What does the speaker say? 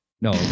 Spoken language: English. No